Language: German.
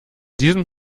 diesem